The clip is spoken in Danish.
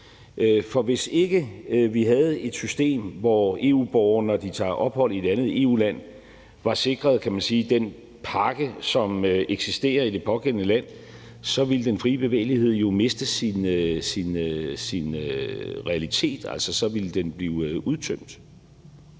For hvis ikke vi havde et system, hvor EU-borgere, når de tager ophold i et andet EU-land, var sikret den pakke, som eksisterer i det pågældende land, ville den fri bevægelighed jo miste sin realitet. Altså, så ville den blive udtømt.